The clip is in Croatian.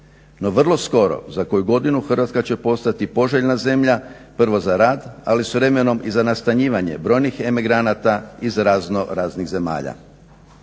No, vrlo skoro za koju godinu Hrvatska će postati poželjna zemlja prvo za rad, ali s vremenom i za nastanjivanje brojnih emigranata iz razno raznih zemalja.